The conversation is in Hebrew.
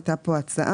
הייתה פה הצעה.